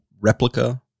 replica